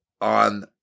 on